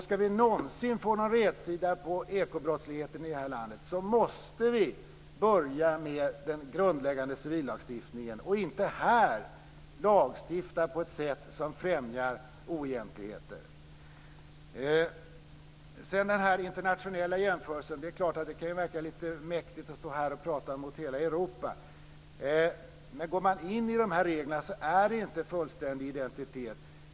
Ska vi någonsin få någon rätsida på ekobrottsligheten i landet måste vi börja med den grundläggande civillagstiftningen och inte här lagstifta på ett sätt som främjar oegentligheter. När det gäller den internationella jämförelsen är det klart att det kan verka lite mäktigt att stå här och prata mot hela Europa. Men går man in i de här reglerna finner man att det inte är fullständig identitet.